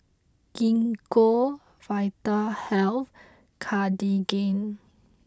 Gingko Vitahealth and Cartigain